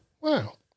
wow